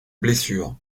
blessure